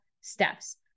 steps